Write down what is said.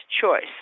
choice